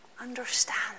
understand